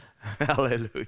hallelujah